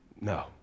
no